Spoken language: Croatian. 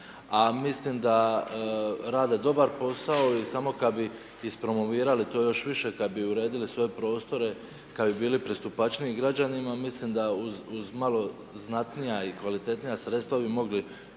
a mislim da rade dobar posao i samo kad bi ispromovirali to još više, ka bi uredili svoje prostore, kad bi bili pristupačniji građanima, mislim da uz malo znatnija i kvalitetnija sredstava bi mogli